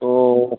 तो